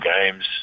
games